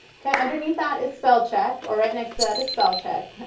yeah underneath that is spell check, or right next to that is spell check.